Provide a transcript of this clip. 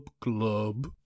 club